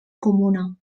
comuna